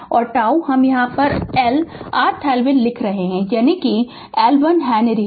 और τ हम Lर थेवेनिन लिख रहे हैं यानी L 1 हेनरी है